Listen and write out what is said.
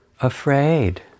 afraid